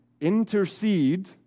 intercede